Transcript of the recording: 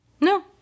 No